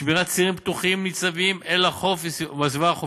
שמירת צירים פתוחים ניצבים אל החוף בסביבה החופית,